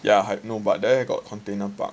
ya I know but there got container park